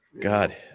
God